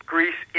Greece